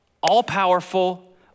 all-powerful